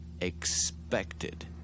Expected